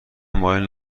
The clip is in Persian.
مایل